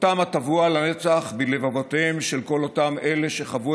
חותם הטבוע לנצח בלבבותיהם של כל אותם אלה שחוו